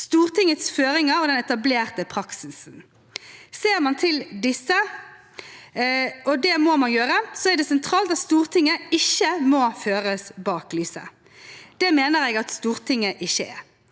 Stortingets føringer og den etablerte praksisen. Ser man til disse – og det må man gjøre – er det sentralt at Stortinget ikke må føres bak lyset. Det mener jeg at Stortinget ikke er.